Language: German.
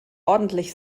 ordentlich